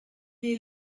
est